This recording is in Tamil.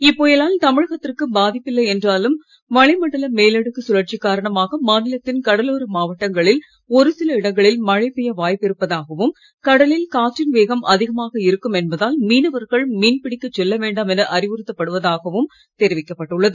இப்புயலால் தமிழகத்திற்கு பாதிப்பில்லை என்றாலும் வளி மண்டல மேலடுக்கு சுழற்சி காரணமாக மாநிலத்தின் கடலோர மாவட்டங்களில் ஒரு சில இடங்களில் மழை பெய்ய வாய்ப்பு இருப்பதாகவும் கடலில் காற்றின் வேகம் அதிகமாக இருக்கும் என்பதால் மீனவர்கள் மீன் பிடிக்கச் செல்ல வேண்டாம் என அறிவுறுத்தப் படுவதாகவும் தெரிவிக்கப் பட்டுள்ளது